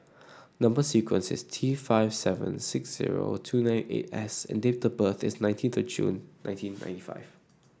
number sequence is T five seven six zero two nine eight S and date of birth is nineteenth June nineteen ninety five